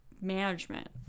management